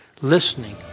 listening